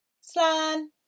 Slan